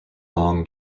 long